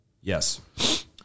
Yes